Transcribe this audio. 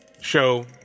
show